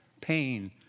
pain